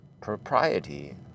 propriety